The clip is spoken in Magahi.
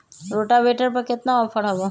रोटावेटर पर केतना ऑफर हव?